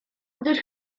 gdyż